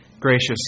Gracious